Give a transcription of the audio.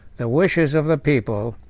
the wishes of the people,